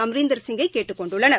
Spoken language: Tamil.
அமரீந்தர் சிங்கை கேட்டுக் கொண்டுள்ளனர்